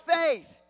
Faith